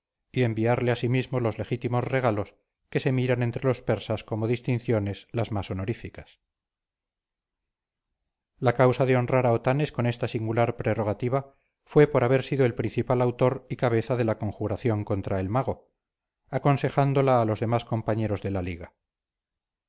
y enviarle asimismo los legítimos regalos que se miran entre los persas como distinciones las más honoríficas la causa de honrar a otanes con esta singular prerrogativa fue por haber sido el principal autor y cabeza de la conjuración contra el mago aconsejándola a los demás compañeros de la liga